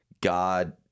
God